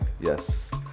Yes